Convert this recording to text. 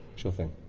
sure thing.